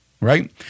right